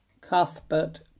Cuthbert